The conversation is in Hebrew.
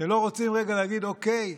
אתם לא רוצים רגע להגיד: אוקיי,